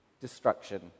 destruction